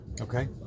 Okay